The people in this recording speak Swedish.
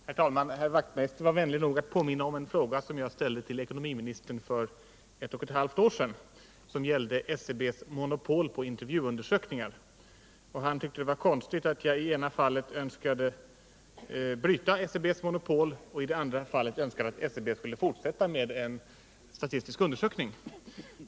Herr talman! Knut Wachtmeister var vänlig nog att påminna om en fråga som jag ställde till ekonomiministern för ett och ett halvt år sedan och som gällde SCB:s monopol på intervjuundersökningar. Han tyckte att det var konstigt att jag i det ena fallet önskade bryta SCB:s monopol på detta område och i det andra fallet önskade att SCB skulle fortsätta med en statistisk intervjuundersökning.